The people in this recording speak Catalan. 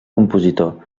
compositor